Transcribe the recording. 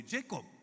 Jacob